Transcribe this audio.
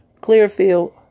Clearfield